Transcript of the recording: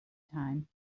time